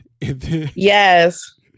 Yes